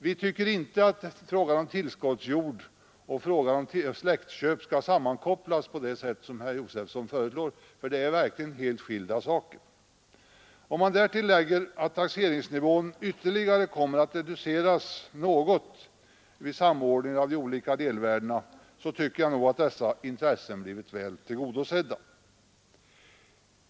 Vi tycker inte att frågan om tillskottsjord och frågan om släktköp skall sammankopplas på det sätt som herr Josefson föreslår, eftersom det verkligen är helt skilda saker. Om man därtill lägger att taxeringsnivån ytterligare kommer att reduceras något vid samordningen av de olika delvärdena, tycker jag nog att dessa intressen har blivit väl tillgodosedda.